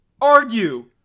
argue